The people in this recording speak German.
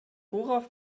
worauf